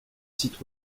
sites